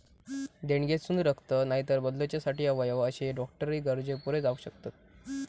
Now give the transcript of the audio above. देणगेतसून रक्त, नायतर बदलूच्यासाठी अवयव अशे डॉक्टरी गरजे पुरे जावक शकतत